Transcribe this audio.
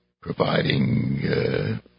providing